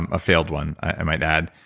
a failed one, i might add,